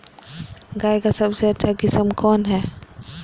गाय का सबसे अच्छा किस्म कौन हैं?